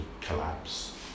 collapse